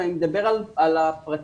ואני מדבר על הפרטים,